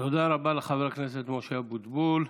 תודה רבה לחבר הכנסת משה אבוטבול.